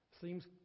Seems